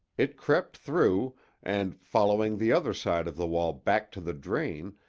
it crept through and following the other side of the wall back to the drain,